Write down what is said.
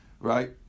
Right